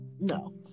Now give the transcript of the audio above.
no